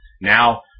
now